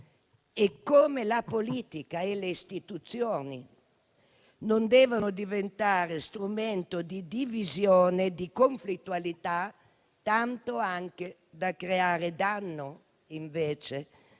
e come la politica e le istituzioni non devono diventare strumento di divisione e di conflittualità, tanto da creare danno alle